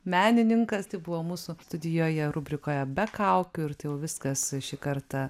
menininkas tai buvo mūsų studijoje rubrikoje be kaukių ir tai jau viskas šį kartą